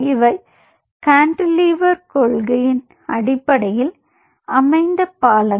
இவை கான்டிலீவர் கொள்கையின் அடிப்படையில் அமைந்த பாலங்கள்